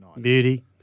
Beauty